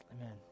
Amen